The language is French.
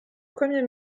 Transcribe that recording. premier